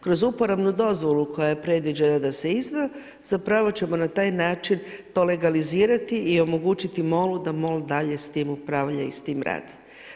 Kroz uporabnu dozvolu koja je predviđena da se izda zapravo ćemo na taj način to legalizirati i omogućiti MOL-u da MOL dalje s tim upravlja i s tim radi.